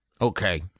Okay